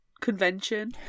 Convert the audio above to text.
convention